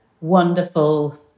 wonderful